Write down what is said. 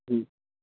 جی